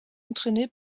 entraînée